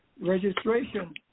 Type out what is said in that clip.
registration